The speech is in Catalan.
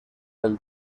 del